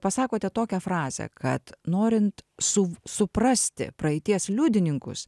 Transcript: pasakote tokią frazę kad norint su suprasti praeities liudininkus